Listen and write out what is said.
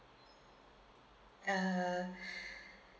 uh